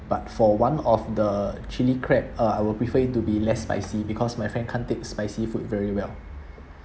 but for one of the chilli crab uh I will prefer it to be less spicy because my friend can't take spicy food very well